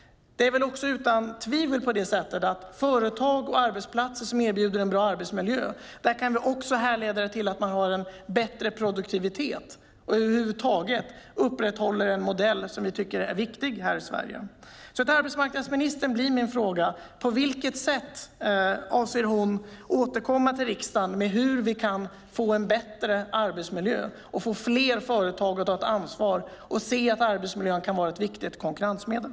Det är utan tvivel så att företag och arbetsplatser som erbjuder en bra arbetsmiljö har bättre produktivitet. Man upprätthåller över huvud taget en modell som vi i Sverige tycker är viktig. På vilket sätt avser arbetsmarknadsministern att återkomma till riksdagen med hur vi kan få en bättre arbetsmiljö och få fler företag att ta ett ansvar och se att arbetsmiljön kan vara ett viktigt konkurrensmedel?